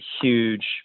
huge